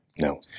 No